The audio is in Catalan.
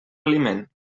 aliment